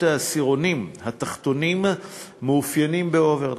העשירונים התחתונים מתאפיינים באוברדרפט.